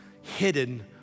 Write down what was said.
hidden